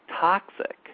toxic